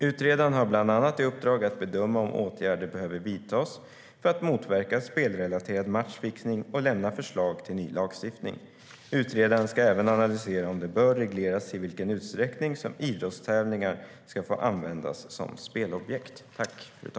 Utredaren har bland annat i uppdrag att bedöma om åtgärder behöver vidtas för att motverka spelrelaterad matchfixning och lämna förslag till ny lagstiftning. Utredaren ska även analysera om det bör regleras i vilken utsträckning som idrottstävlingar ska få användas som spelobjekt.